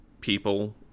people